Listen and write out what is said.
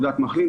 תעודת מחלים,